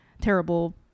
terrible